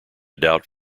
doubt